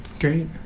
Great